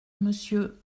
monsieur